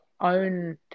own